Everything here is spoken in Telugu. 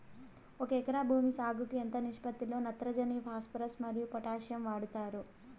ఒక ఎకరా భూమి సాగుకు ఎంత నిష్పత్తి లో నత్రజని ఫాస్పరస్ మరియు పొటాషియం వాడుతారు